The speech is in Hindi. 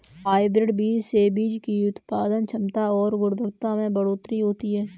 हायब्रिड बीज से बीज की उत्पादन क्षमता और गुणवत्ता में बढ़ोतरी होती है